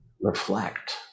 reflect